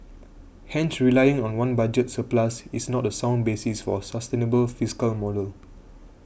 hence relying on one budget surplus is not a sound basis for a sustainable fiscal model